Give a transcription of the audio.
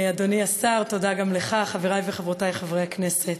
אדוני השר, תודה גם לך, חברי וחברותי חברי הכנסת,